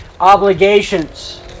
obligations